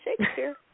Shakespeare